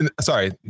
sorry